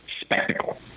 spectacle